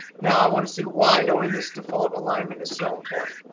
now, i want to see why knowing this default alignment is so important.